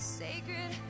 sacred